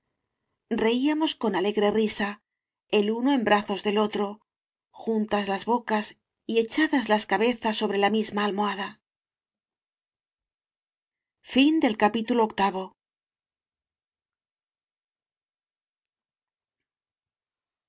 reíamos con alegre risa el uno en brazos del otro juntas las bocas y echadas las cabe zas sobre la misma almohada